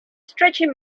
stretching